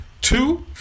Two